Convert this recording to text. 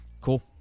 Cool